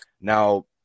Now